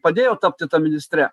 padėjo tapti ta ministre